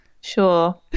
Sure